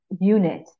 unit